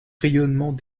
rayonnement